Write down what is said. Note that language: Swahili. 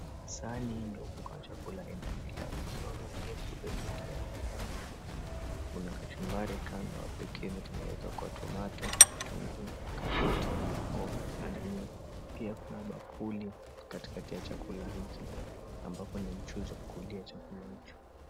Saa ni ndogo kwa chakula inabidi watu wanaofurahia utoke hapo. Kuna kachumbari kando hapo ikiwa imetengenezwa kwa tomato, tunguu, karoti, hoho na ndani pia kuna bakuli katikati ya chakula hiki ambapo ni mchuzi kulia chakula hicho.